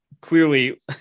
clearly